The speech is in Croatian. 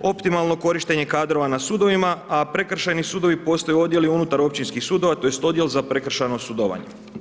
optimalno korištenje kadrova na sudovima a prekršajni sudovi postaju odjeli unutar općinskih sudova tj. odjel za prekršajno sudjelovanje.